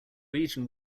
region